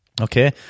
Okay